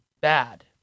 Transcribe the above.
bad